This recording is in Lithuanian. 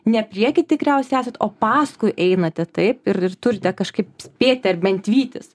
ne prieky tikriausiai esat o paskui einate taip ir ir turite kažkaip spėti ar bent vytis